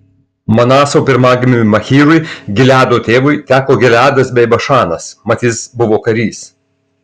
manaso pirmagimiui machyrui gileado tėvui teko gileadas bei bašanas mat jis buvo karys